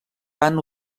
van